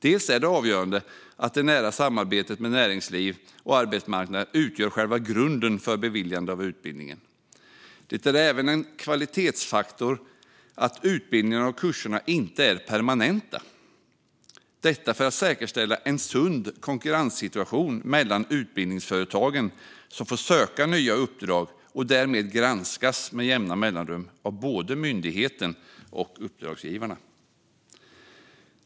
Det är avgörande att det nära samarbetet med näringsliv och arbetsmarknaden utgör själva grunden för beviljande av utbildningen. Det är även en kvalitetsfaktor att utbildningarna och kurserna inte är permanenta. Det är för att säkerställa en sund konkurrenssituation mellan utbildningsföretagen som får söka nya uppdrag och därmed granskas med jämna mellanrum av både myndigheten och uppdragsgivarna.